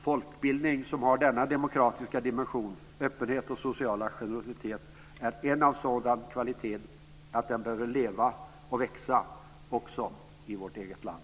Folkbildning som har denna demokratiska dimension, öppenhet och sociala generositet är av en sådan kvalitet att den behöver leva och växa också i vårt eget land.